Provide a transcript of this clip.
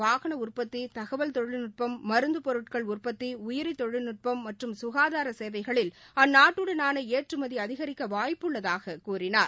வாகனஉற்பத்தி தகவல் தொழில்நுட்பம் மருந்துபொருட்கள் உற்பத்தி உயிரிதொழில்நுட்பம் மற்றும் சுகாதாரசேவைகளில் அந்நாட்டுடனானஏற்றுமதிஅதிகரிக்கவாய்ப்பு உள்ளதாகக் கூறினார்